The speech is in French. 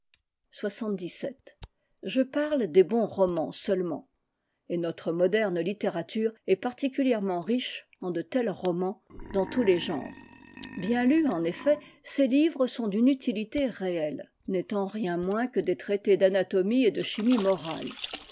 je parle des bons romans seulement et notre moderne littérature est particulièrement riche en de tels romans dans tous les genres bien lus en effet ces livres sont d'une utilité réelle n'étant rien moins que des traités d'anatomie et de chimie morales